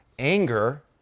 Anger